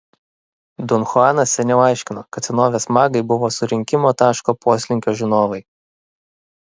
don chuanas seniau aiškino kad senovės magai buvo surinkimo taško poslinkio žinovai